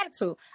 attitude